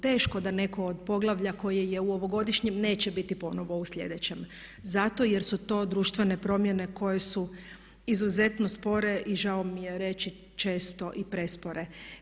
Teško da netko od poglavlja koje je u ovogodišnjem neće biti ponovo u sljedećem, zato jer su to društvene promjene koje su izuzetno spore i žao mi je reći često i prespore.